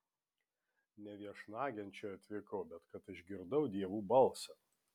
ne viešnagėn čia atvykau bet kad išgirdau dievų balsą